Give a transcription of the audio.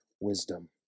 wisdom